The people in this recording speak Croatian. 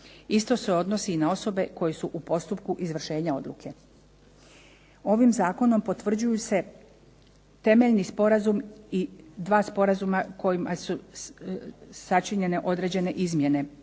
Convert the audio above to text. Isto se odnosi i na osobe koje su u postupku izvršenja odluke. Ovim zakonom potvrđuju se temeljni sporazum i 2 sporazuma kojima su sačinjene određene izmjene